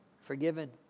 forgiven